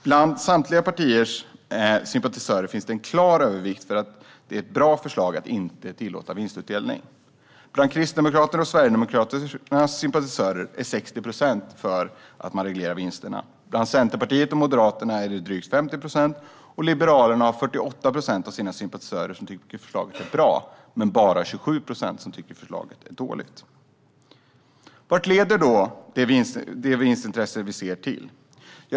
Bland samtliga partiers sympatisörer finns en klar övervikt för att det är ett bra förslag att inte tillåta vinstutdelning. Bland Kristdemokraternas och Sverigedemokraternas sympatisörer är 60 procent för att man reglerar vinsterna. Bland Centerpartiets och Moderaternas sympatisörer är det drygt 50 procent, och 48 procent av Liberalernas sympatisörer tycker att förslaget är bra, medan bara 27 procent tycker att det är dåligt. Vad leder då vinstintresset till?